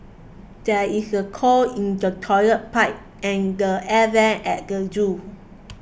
there is a clog in the Toilet Pipe and the Air Vents at the zoo